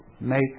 Make